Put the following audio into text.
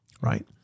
right